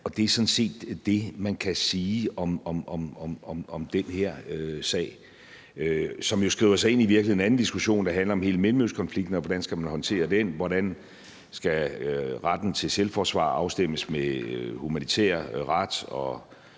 Det er sådan set det, man kan sige om den her sag, som jo i virkeligheden skriver sig ind i en anden diskussion, der handler om hele Mellemøstkonflikten, og hvordan man skal håndtere den, og om, hvordan retten til selvforsvar skal afstemmes med humanitær ret,